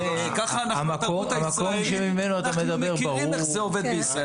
אנחנו מכירים איך זה עובד בישראל.